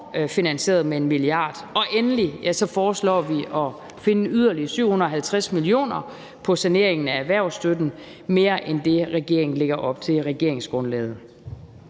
overfinansieret med 1 mia. kr. Og endelig foreslår vi at finde yderligere 750 mio. kr. på saneringen af erhvervsstøtten – mere end det, regeringen lægger op til i regeringsgrundlaget.